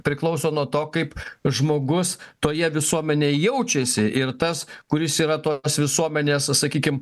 priklauso nuo to kaip žmogus toje visuomenėj jaučiasi ir tas kuris yra tokios visuomenės sakykim